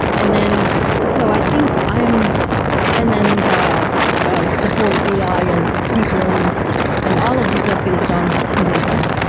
and so i think i am and then the ah the whole ai and deep learning and all of these are based on computer science.